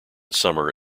summer